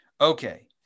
Okay